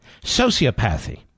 Sociopathy